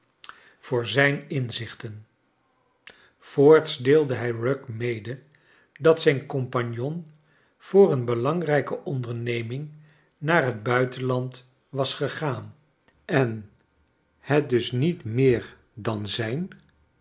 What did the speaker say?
voor kleine dorrit zijn inzichten voorts deelde hij rugg mede dat zijn compagnon voor een belangrijke onderneming naar het buitenland was gegaan en het dus niet meer dan zijn